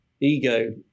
ego